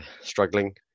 struggling